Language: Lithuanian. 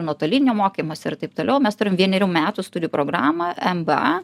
nuotolinio mokymosi ir taip toliau mes turim vienerių metus programą mba